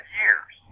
years